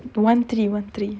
one three one three